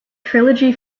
trilogy